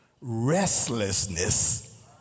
restlessness